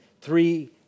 three